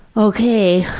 okay,